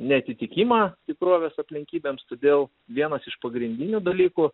neatitikimą tikrovės aplinkybėms todėl vienas iš pagrindinių dalykų